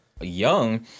young